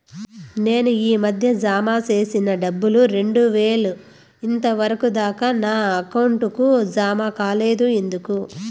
నేను ఈ మధ్య జామ సేసిన డబ్బులు రెండు వేలు ఇంతవరకు దాకా నా అకౌంట్ కు జామ కాలేదు ఎందుకు?